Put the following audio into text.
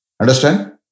Understand